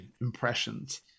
impressions